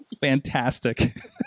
Fantastic